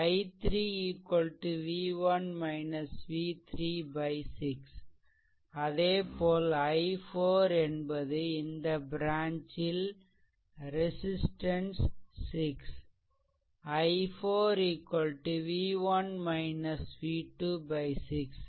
i3 v1 v3 6 அதேபோல் i4 என்பது இந்த ப்ரான்ச் ல் ரெசிஸ்ட்டன்ஸ் 6 i4 v1 v2 6